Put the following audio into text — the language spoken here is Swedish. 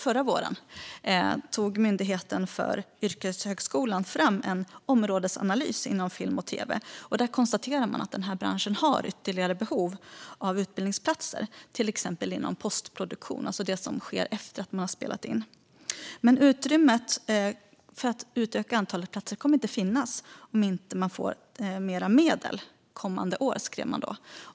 Förra våren tog Myndigheten för yrkeshögskolan fram en områdesanalys inom film och tv. Där konstaterar man att branschen har ytterligare behov av utbildningsplatser, till exempel inom postproduktion, alltså det som sker efter en inspelning. Men utrymmet för att utöka antalet platser kommer inte att finnas om inte myndigheten får mer medel kommande år, skrev man då.